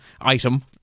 item